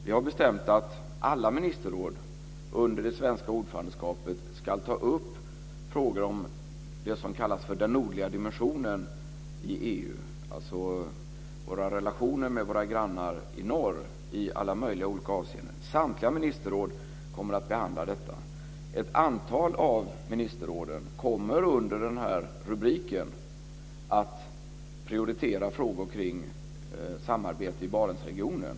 Vi har bestämt att alla ministerråd under det svenska ordförandeskapet ska ta upp frågor om det som kallas för den nordliga dimensionen i EU - våra relationer med våra grannar i norr i alla möjliga olika avseenden. Samtliga ministerråd kommer att behandla detta. Ett antal av ministerråden kommer under den här rubriken att prioritera frågor kring samarbete i Barentsregionen.